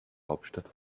hauptstadt